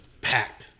packed